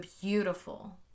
beautiful